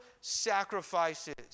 sacrifices